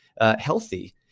healthy